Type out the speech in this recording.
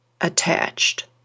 attached